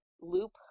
loop